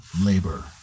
labor